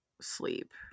sleep